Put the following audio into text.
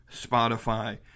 Spotify